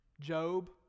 Job